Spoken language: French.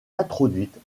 introduites